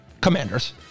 Commanders